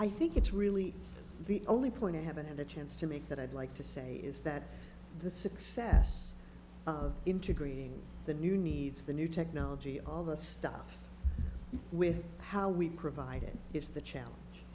i think it's really the only point i haven't had a chance to make that i'd like to say is that the success of integrating the new needs the new technology all that stuff with how we provide it is the challenge